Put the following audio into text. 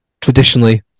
Traditionally